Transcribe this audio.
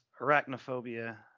arachnophobia